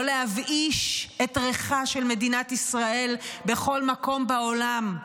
לא להבאיש את ריחה של מדינת ישראל בכל מקום בעולם,